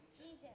Jesus